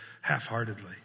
half-heartedly